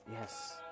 yes